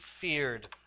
feared